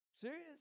Serious